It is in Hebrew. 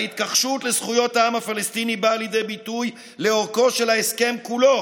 ההתכחשות לזכויות העם הפלסטיני באה לידי ביטוי לאורכו של ההסכם כולו.